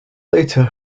later